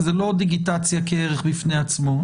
זה לא דיגיטציה כערך בפני עצמו.